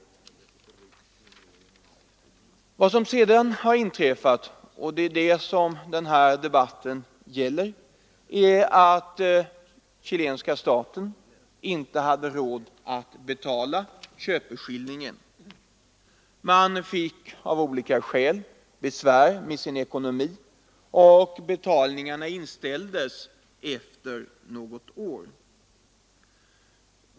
Den här debatten gäller vad som sedan har inträffat. Den chilenska staten har inte haft råd att betala köpeskillingen. Man fick stora besvär med sin ekonomi, och betalningarna inställdes efter något år.